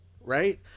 Right